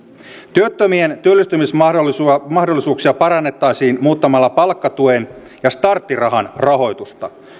työttömien työllistymismahdollisuuksia parannettaisiin muuttamalla palkkatuen ja starttirahan rahoitusta